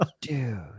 Dude